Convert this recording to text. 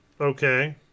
Okay